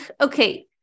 Okay